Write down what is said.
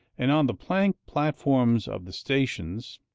and on the plank platforms of the stations,